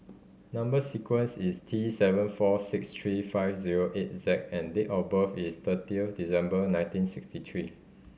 number sequence is T seven four six three five zero eight Z and date of birth is thirtieth December nineteen sixty three